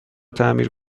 تعمیر